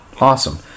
awesome